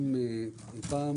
פעם